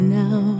now